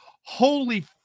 holy